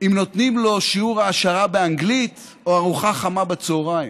אם נותנים לו שיעור העשרה באנגלית או ארוחה חמה בצוהריים.